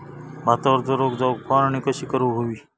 भातावरचो रोग जाऊक फवारणी कशी करूक हवी?